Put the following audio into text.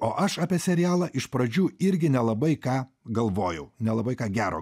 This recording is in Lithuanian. o aš apie serialą iš pradžių irgi nelabai ką galvojau nelabai ką gero